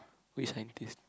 which scientist